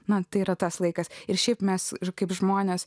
man tai yra tas laikas ir šiaip mes ir kaip žmonės